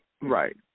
Right